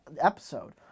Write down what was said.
episode